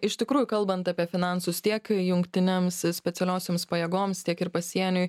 iš tikrųjų kalbant apie finansus tiek jungtinėms specialiosioms pajėgoms tiek ir pasieniui